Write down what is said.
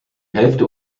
hälfte